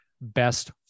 best